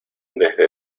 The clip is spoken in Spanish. desde